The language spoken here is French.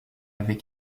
avait